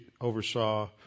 oversaw